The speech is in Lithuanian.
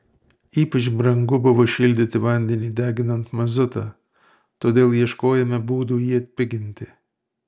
ypač brangu buvo šildyti vandenį deginant mazutą todėl ieškojome būdų jį atpiginti